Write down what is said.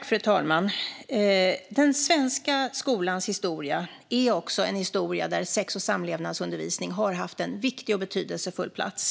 Fru talman! Den svenska skolans historia är också en historia där sex och samlevnadsundervisning har haft en viktig och betydelsefull plats.